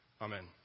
Amen